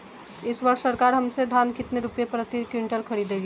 इस वर्ष सरकार हमसे धान कितने रुपए प्रति क्विंटल खरीदेगी?